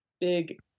big